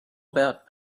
about